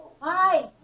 hi